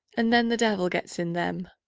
and then the devil gets in them,